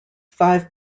five